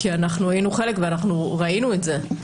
כי היינו חלק וראינו את זה.